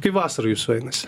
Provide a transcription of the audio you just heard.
kaip vasarajūsų einasi